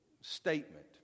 statement